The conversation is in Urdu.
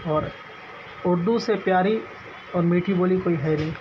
اور اردو سے پیاری اور میٹھی بولی کوئی ہے نہیں